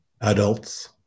adults